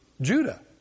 Judah